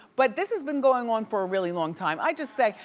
but this has been going on for a really long time. i just say,